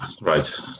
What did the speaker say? right